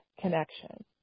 connection